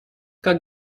как